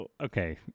Okay